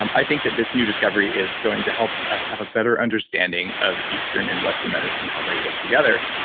um i think that this new discovery is going to help us have a better understanding of eastern and western medicine, how they work together.